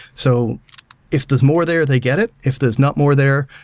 so if there's more there, they get it. if there's not more there,